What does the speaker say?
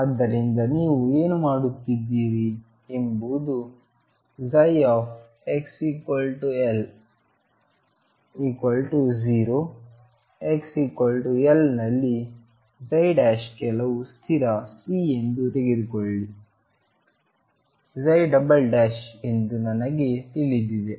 ಆದ್ದರಿಂದ ನೀವು ಏನು ಮಾಡುತ್ತೀರಿ ಎಂಬುದು xL0 xL ನಲ್ಲಿ ಕೆಲವು ಸ್ಥಿರ C ಎಂದು ತೆಗೆದುಕೊಳ್ಳಿ ಎಂದು ನನಗೆ ತಿಳಿದಿದೆ